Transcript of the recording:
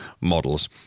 models